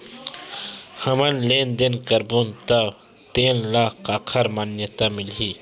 हमन लेन देन करबो त तेन ल काखर मान्यता मिलही?